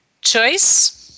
choice